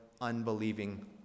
unbelieving